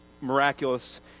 miraculous